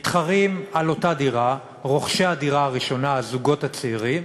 מתחרים רוכשי הדירה הראשונה, הזוגות הצעירים,